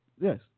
Yes